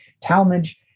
Talmadge